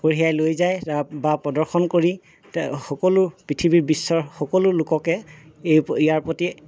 কঢ়িয়াই লৈ যায় বা প্ৰদৰ্শন কৰি তে সকলো পৃথিৱীৰ বিশ্বৰ সকলো লোককে এই ইয়াৰ প্ৰতি